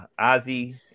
Ozzy